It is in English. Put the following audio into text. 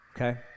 Okay